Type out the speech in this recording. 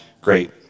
great